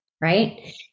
Right